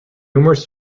numerous